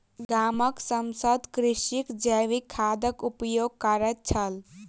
गामक समस्त कृषक जैविक खादक उपयोग करैत छल